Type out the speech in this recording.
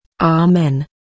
Amen